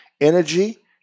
energy